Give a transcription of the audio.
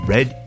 Red